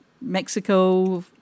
Mexico